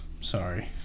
Sorry